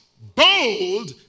bold